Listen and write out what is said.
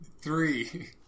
Three